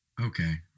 Okay